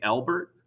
Albert